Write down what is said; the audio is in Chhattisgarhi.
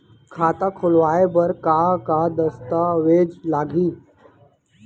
खाता खोलवाय बर का का दस्तावेज लागही?